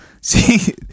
see